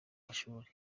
mashuri